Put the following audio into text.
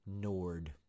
nord